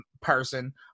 person